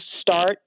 start